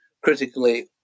critically